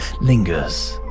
lingers